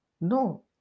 No